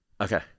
Okay